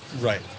Right